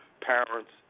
Parents